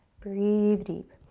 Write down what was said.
breathe deep.